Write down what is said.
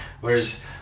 Whereas